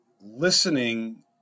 listening